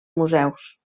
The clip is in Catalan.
museus